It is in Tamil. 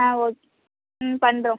ஆ ஓகே ம் பண்ணுறோம்